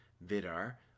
Vidar